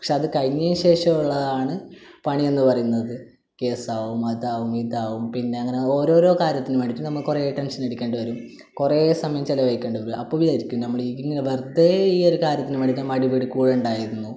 പക്ഷേ അത് കഴിഞ്ഞതിന് ശേഷം ഉള്ളത് ആണ് പണി എന്ന് പറയുന്നത് കേസ് ആവും അതാവും ഇതാവും പിന്നെ അങ്ങനെ ഓരോരോ കാര്യത്തിന് വേണ്ടിയിട്ട് നമ്മൾ കുറേ ടെൻഷൻ അടിക്കേണ്ടി വരും കുറേ സമയം ചിലവഴിക്കേണ്ടി വരും അപ്പം വിചാരിക്കും നമ്മൾ ഈ ഇങ്ങനെ വെറുതെ ഈ ഒരു കാര്യത്തിന് വേണ്ടിയിട്ട് നമ്മൾ അടിപിടി കൂടേണ്ടായിരുന്നു